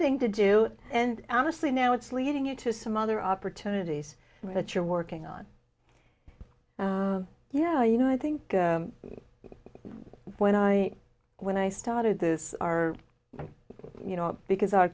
thing to do and honestly now it's leading you to some other opportunities that you're working on yeah you know i think when i when i started this our you know because our